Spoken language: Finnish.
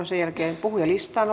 sen jälkeen puhujalistaan